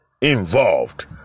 involved